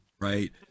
right